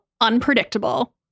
unpredictable